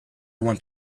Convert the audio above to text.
want